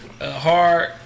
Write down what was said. Hard